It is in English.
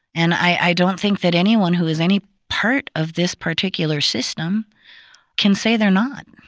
and i don't think that anyone who is any part of this particular system can say they're not.